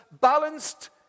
balanced